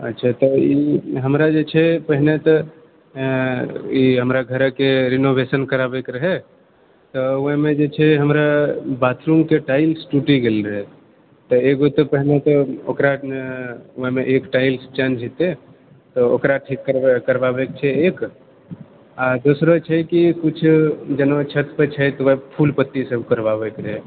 अच्छा तऽ इ हमरा जे छै पहिने तऽ इ हमरा घरेके रिनोवेशन कराबैके रहए तऽ ओहिमे जे छै हमरा बाथरूमके टाइल्स टूटी गेल रहए तऽ एगो तऽ पहिने तऽ ओकरा ओहिमे एक टाइल्स चेंज हेतय तऽ ओकरा ठीक करबाबैके छै एक आ दोसरो छै कि किछु जेना छत पे छै फूल पत्ती सब करबाबैके रहए